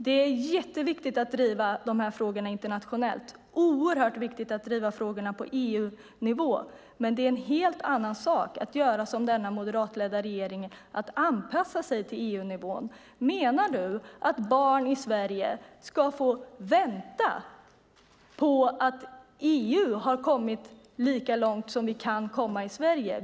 Det är viktigt att driva dessa frågor internationellt och på EU-nivå, men det är en helt annan sak att göra som den moderatledda regeringen och anpassa sig till EU-nivå. Menar Linda Andersson att barn i Sverige ska få vänta på att EU har kommit lika långt som vi kan komma i Sverige?